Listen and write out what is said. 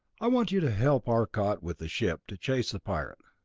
i want you to help arcot with the ship to chase the pirate.